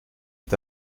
est